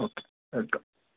okay welcome